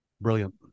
brilliant